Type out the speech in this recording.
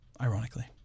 Ironically